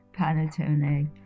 panettone